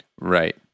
right